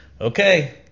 Okay